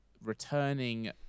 returning